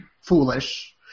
foolish